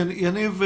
יניב,